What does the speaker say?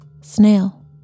Snail